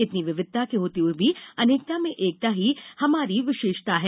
इतनी विविधता के होते हुए भी अनेकता में एकता ही हमारी विशेषता है